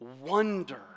wonder